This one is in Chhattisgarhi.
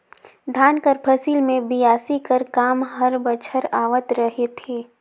धान कर फसिल मे बियासी कर काम हर बछर आवत रहथे